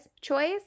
choice